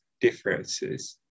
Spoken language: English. differences